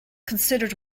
considered